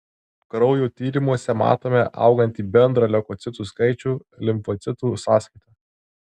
kraujo tyrimuose matome augantį bendrą leukocitų skaičių limfocitų sąskaita